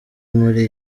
muri